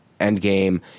Endgame